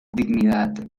dignidad